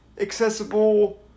accessible